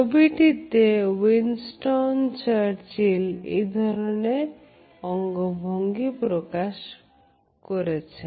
ছবিটিতে Winston Churchill এই ধরনের অঙ্গভঙ্গি প্রদর্শন করেছেন